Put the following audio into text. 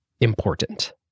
important